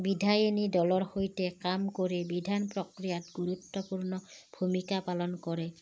বিধায়নী দলৰ সৈতে কাম কৰি বিধান প্ৰক্ৰিয়াত গুৰুত্বপূৰ্ণ ভূমিকা পালন কৰে